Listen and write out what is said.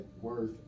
worth